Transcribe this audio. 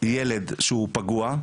ילד שהוא פגוע,